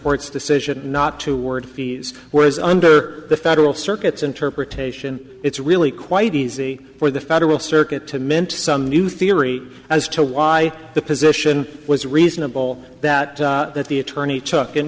court's decision not to word fees whereas under the federal circuit's interpretation it's really quite easy for the federal circuit to mint some new theory as to why the position was reasonable that that the attorney chuck